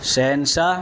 شہنشاہ